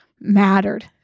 mattered